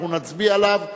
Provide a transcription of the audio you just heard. אנחנו נצביע עליו,